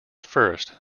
first